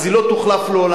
אז היא לא תוחלף לעולם.